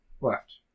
left